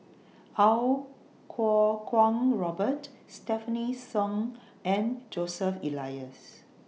Iau Kuo Kwong Robert Stefanie Sun and Joseph Elias